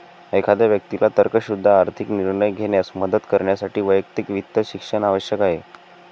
एखाद्या व्यक्तीला तर्कशुद्ध आर्थिक निर्णय घेण्यास मदत करण्यासाठी वैयक्तिक वित्त शिक्षण आवश्यक आहे